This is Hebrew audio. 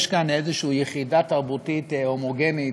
יש כאן איזה יחידה תרבותית הומוגנית,